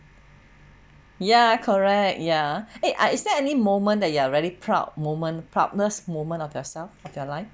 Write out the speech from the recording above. ya correct ya eh I is there any moment that you are very proud moment proudness moment of yourself of your life